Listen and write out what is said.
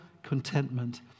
contentment